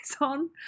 on